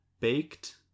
baked